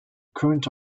current